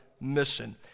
mission